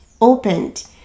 opened